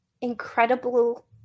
incredible